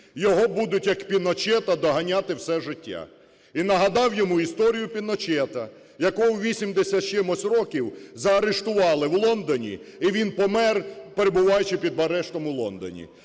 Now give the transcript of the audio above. його будуть, як Піночета, доганяти все життя. І нагадав йому історію Піночета, якого у 80 з чимось років заарештували в Лондоні і він помер, перебуваючи під арештом у Лондоні.